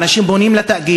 האנשים פונים לתאגיד,